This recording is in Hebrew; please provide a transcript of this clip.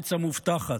ובארץ המובטחת.